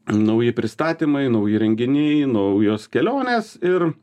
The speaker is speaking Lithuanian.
nauji pristatymai nauji renginiai naujos kelionės ir